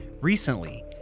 Recently